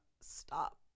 stop